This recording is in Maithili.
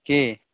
की